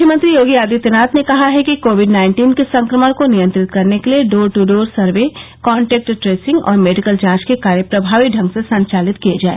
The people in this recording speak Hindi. मुख्यमंत्री योगी आदित्यनाथ ने कहा है कि कोविड नाइन्टीन के संक्रमण को नियंत्रित करने के लिये door to door survey contact tracing और मेडिकल जांच के कार्य प्रभावी ढंग से संचालित किये जाए